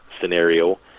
scenario